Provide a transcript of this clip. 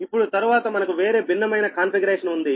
ఇప్పుడు తరువాత మనకు వేరే భిన్నమైన కాన్ఫిగరేషన్ ఉంది